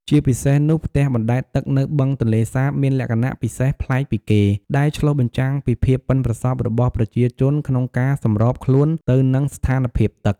ជាពិសេសនោះ ផ្ទះបណ្ដែតទឹកនៅបឹងទន្លេសាបមានលក្ខណៈពិសេសប្លែកពីគេ ដែលឆ្លុះបញ្ចាំងពីភាពប៉ិនប្រសប់របស់ប្រជាជនក្នុងការសម្របខ្លួនទៅនឹងស្ថានភាពទឹក។